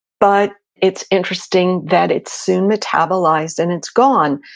but it's interesting that it's soon metabolized and it's gone.